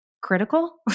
critical